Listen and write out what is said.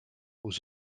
aux